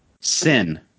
Sin